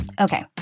Okay